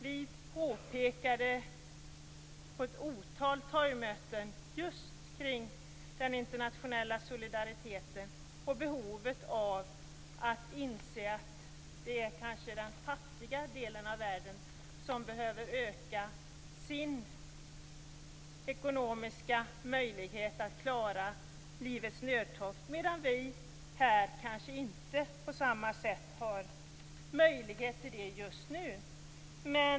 Vi påpekade på ett otal torgmöten just den internationella solidariteten och behovet av att inse att det kanske är den fattiga delen av världen som behöver öka sina ekonomiska möjligheter att klara livets nödtorft medan vi här kanske inte på samma sätt har möjlighet till det just nu.